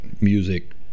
music